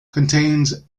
contains